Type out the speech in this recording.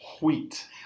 Wheat